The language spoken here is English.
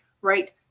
right